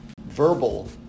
verbal